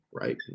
right